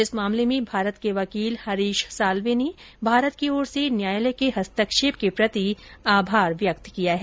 इस मामले में भारत के वकील हरीश साल्वे ने भारत की ओर से न्यायालय के हस्तक्षेप के प्रति आभार व्यक्त किया है